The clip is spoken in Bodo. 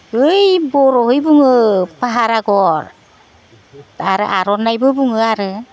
ओइ बर'है बुङो पाहार आगर आरो आर'नाइबो बुङो आरो